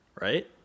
Right